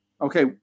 Okay